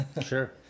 Sure